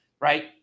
right